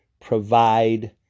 provide